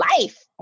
life